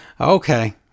okay